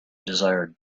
desired